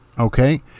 Okay